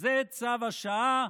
זה צו השעה.